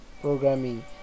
programming